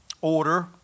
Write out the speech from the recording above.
order